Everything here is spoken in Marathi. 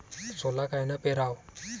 सोला कायनं पेराव?